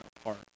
apart